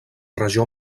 regió